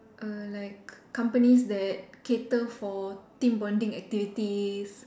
err like companies that cater for team bonding activities